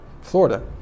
Florida